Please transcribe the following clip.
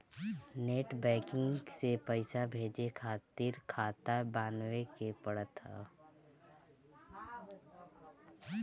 net banking से पईसा भेजे खातिर खाता बानवे के पड़त हअ